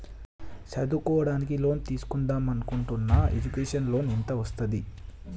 చదువుకోవడానికి లోన్ తీస్కుందాం అనుకుంటున్నా ఎడ్యుకేషన్ లోన్ ఎంత వస్తది?